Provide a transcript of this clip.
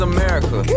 America